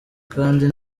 kandi